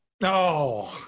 No